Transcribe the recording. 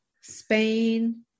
Spain